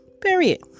Period